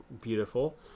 beautiful